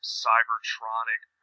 cybertronic